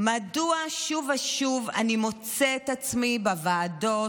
מדוע שוב ושוב אני מוצאת עצמי בוועדות